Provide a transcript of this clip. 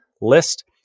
list